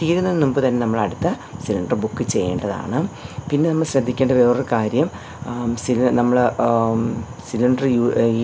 തീരുന്നതിന് മുമ്പ് തന്നെ നമ്മൾ അടുത്ത സിലിണ്ടർ ബുക്ക് ചെയ്യേണ്ടതാണ് പിന്നെ നമ്മൾ ശ്രദ്ധിക്കേണ്ട വേറൊരു കാര്യം സിലി നമ്മൾ സിലിണ്ടർ